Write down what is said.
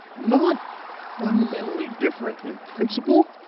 not fundamentally different in principle,